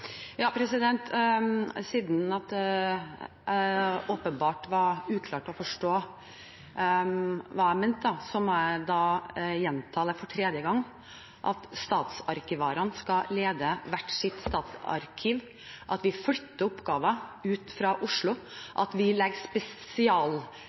Siden det åpenbart var vanskelig å forstå hva jeg mente, må jeg gjenta for tredje gang at statsarkivarene skal lede hvert sitt statsarkiv, at vi flytter oppgaver ut fra